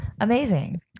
amazing